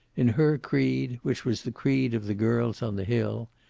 in her creed, which was the creed of the girls on the hill,